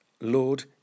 Lord